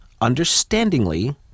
understandingly